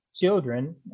children